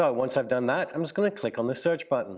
ah once i've done that, i'm just gonna click on the search but